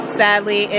sadly